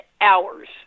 hours